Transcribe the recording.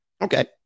Okay